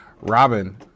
Robin